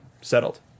Settled